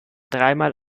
dreimal